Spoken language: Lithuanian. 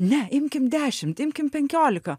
ne imkim dešimt imkim penkiolika